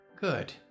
Good